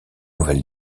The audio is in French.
nouvelle